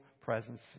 presence